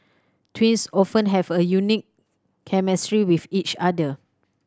twins often have a unique chemistry with each other